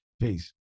Peace